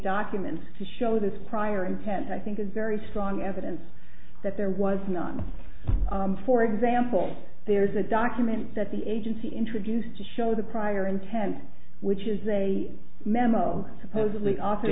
documents to show this prior intent i think is very strong evidence that there was not for example there's a document that the agency introduced to show the prior intent which is a memo supposedly